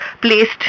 Placed